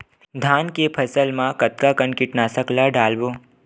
धान के फसल मा कतका कन कीटनाशक ला डलबो?